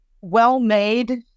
well-made